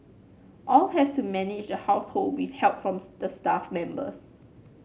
all have to manage household with help from the staff members